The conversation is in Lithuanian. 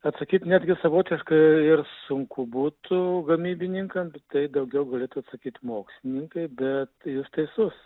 atsakyti netgi savotiškai ir sunku būtų gamybininkam tai daugiau galėtų atsakyt mokslininkai bet jūs teisus